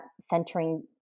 centering